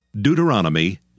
Deuteronomy